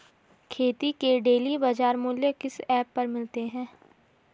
खेती के डेली बाज़ार मूल्य किस ऐप पर मिलते हैं?